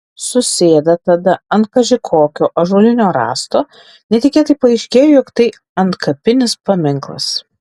susėda tada ant kaži kokio ąžuolinio rąsto netikėtai paaiškėja jog tai antkapinis paminklas